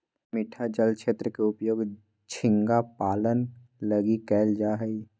मीठा जल क्षेत्र के उपयोग झींगा पालन लगी कइल जा हइ